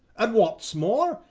an' wot's more,